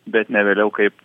bet ne vėliau kaip